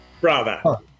Bravo